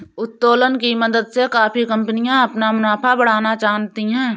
उत्तोलन की मदद से काफी कंपनियां अपना मुनाफा बढ़ाना जानती हैं